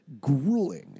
grueling